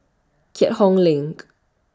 Keat Hong LINK